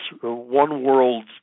one-world